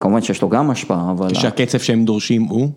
כמובן שיש לו גם השפעה אבל... כשהקצב שהם דורשים הוא?